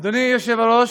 אדוני היושב-ראש,